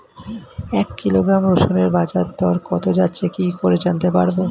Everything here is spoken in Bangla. এক কিলোগ্রাম রসুনের বাজার দর কত যাচ্ছে কি করে জানতে পারবো?